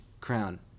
crown